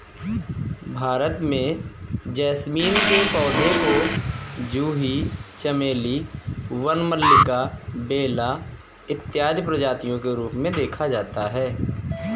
भारत में जैस्मीन के पौधे को जूही चमेली वन मल्लिका बेला इत्यादि प्रजातियों के रूप में देखा जाता है